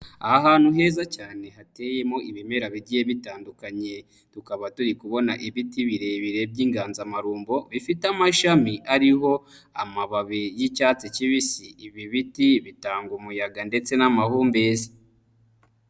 Aha hantu heza cyane hateyemo ibimera bigiye bitandukanye, tukaba turi kubona ibiti birebire by'inganzamarumbo bifite amashami ariho, amababi y'icyatsi kibisi ibi biti bitanga umuyaga ndetse n'amahumbezi.